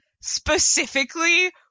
Specifically